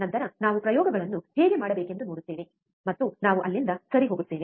ನಂತರ ನಾವು ಪ್ರಯೋಗಗಳನ್ನು ಹೇಗೆ ಮಾಡಬೇಕೆಂದು ನೋಡುತ್ತೇವೆ ಮತ್ತು ನಾವು ಅಲ್ಲಿಂದ ಸರಿ ಹೋಗುತ್ತೇವೆ